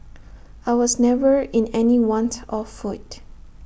I was never in any want of food